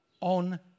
on